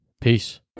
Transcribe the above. Peace